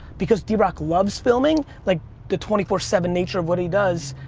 because d-rock loves filming, like the twenty four seven nature of what he does,